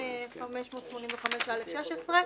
תיקון 585(א)(16),